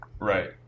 right